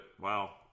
wow